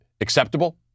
acceptable